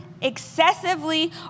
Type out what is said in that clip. excessively